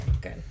good